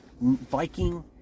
Viking